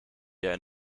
jij